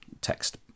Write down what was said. text